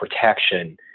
protection